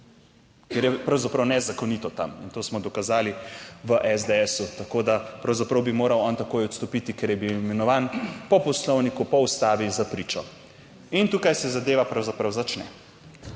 ker je pravzaprav nezakonito tam in to smo dokazali v SDS, tako, da pravzaprav bi moral on takoj odstopiti, ker je bil imenovan po Poslovniku, po Ustavi za pričo in tukaj se zadeva pravzaprav začne.